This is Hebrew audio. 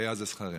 והיה זה שכרנו.